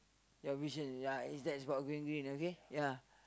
your vision ya it's that's about going green okay ya